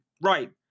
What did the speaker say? right